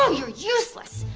ah you're useless!